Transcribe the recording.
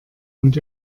und